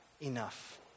enough